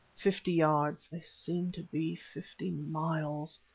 fifty yards they seemed to be fifty miles.